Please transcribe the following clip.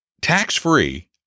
Tax-free